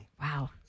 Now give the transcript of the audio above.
Wow